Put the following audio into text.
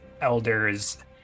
elders